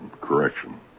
Correction